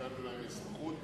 נתנו להם אזרחות.